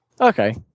Okay